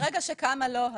ברגע שקמה לו הזכות,